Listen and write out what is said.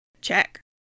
Check